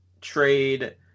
trade